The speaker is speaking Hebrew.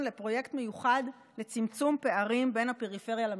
לפרויקט מיוחד לצמצום פערים בין הפריפריה למרכז.